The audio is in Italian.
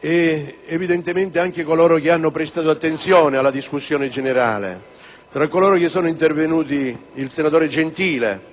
ed, evidentemente, anche coloro che hanno prestato attenzione alla discussione generale. Tra coloro che sono intervenuti, un accenno merita il senatore Gentile